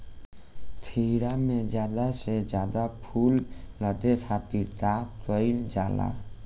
खीरा मे ज्यादा से ज्यादा फूल लगे खातीर का कईल जाला?